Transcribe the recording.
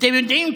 אתם יודעים,